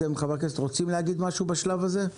חברי הכנסת, אתם רוצים להגיד משהו בשלב הזה?